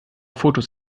fotos